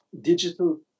digital